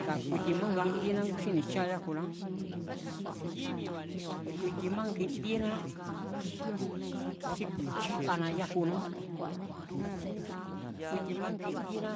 Nga kui tímájngi ndíená kúsín ni̱jcháa yájuná, kui timajngin ndíná kúsín ku̱i̱nchí'ana yájuná, kui timájnji ndíená